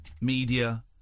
media